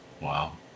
Wow